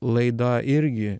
laida irgi